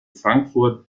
frankfurt